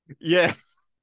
yes